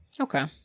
Okay